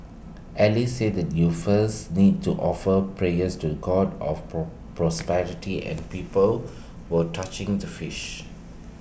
alice said you first need to offer prayers to the God of pore prosperity at people were touching the fish